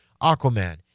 Aquaman